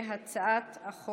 צירפת אותי, בבקשה?